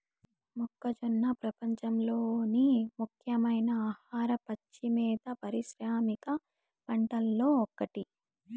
మొక్కజొన్న ప్రపంచంలోని ముఖ్యమైన ఆహార, పచ్చి మేత పారిశ్రామిక పంటలలో ఒకటి